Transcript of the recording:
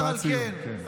אשר על כן,